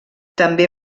també